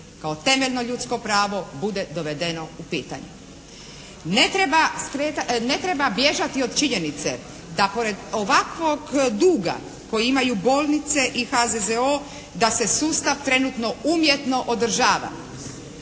kao temeljno ljudsko pravo bude dovedeno u pitanje. Ne treba bježati od činjenice da pored ovakvog duga koji imaju bolnice i HZZO da se sustav trenutno umjetno održava.